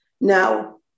Now